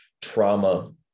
trauma